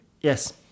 Yes